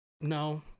No